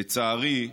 לצערי,